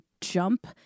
jump